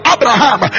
Abraham